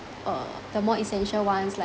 uh the more essential ones like